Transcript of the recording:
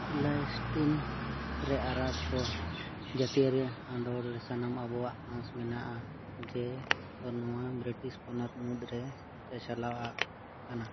Palestine ᱨᱮ ᱟᱨᱳᱵ ᱠᱳ ᱡᱟᱹᱛᱤᱭᱟᱹᱨᱤ ᱟᱸᱫᱳᱲ ᱨᱮ ᱥᱟᱱᱟᱢ ᱟᱵᱚᱣᱟᱜ ᱟᱥ ᱢᱮᱱᱟᱜᱼᱟ ᱡᱮ ᱱᱚᱣᱟ ᱵᱨᱤᱴᱤᱥ ᱯᱚᱱᱚᱛ ᱢᱩᱫᱽᱨᱮ ᱪᱟᱪᱞᱟᱣ ᱟᱜ ᱠᱟᱱᱟ